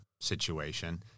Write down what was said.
situation –